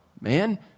man